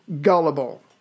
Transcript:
gullible